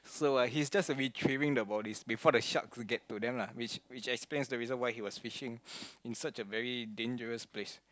so uh he's just retrieving the bodies before the sharks get to them lah which which explains the reason why he was fishing in such a very dangerous place